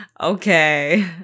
Okay